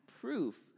proof